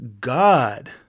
God